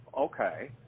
okay